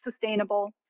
sustainable